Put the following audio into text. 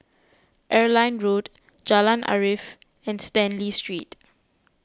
Airline Road Jalan Arif and Stanley Street